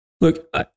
Look